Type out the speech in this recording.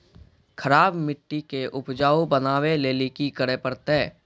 खराब मिट्टी के उपजाऊ बनावे लेली की करे परतै?